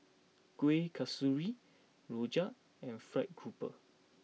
Kuih Kasturi Rojak and Fried Grouper